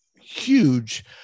Huge